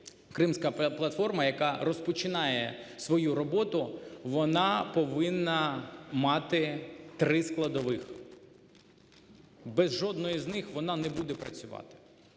Кримська платформа, яка розпочинає свою роботу, вона повинна мати три складових, без жодної з них вона не буде працювати